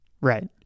Right